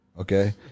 okay